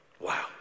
wow